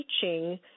teaching